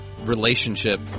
relationship